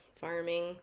farming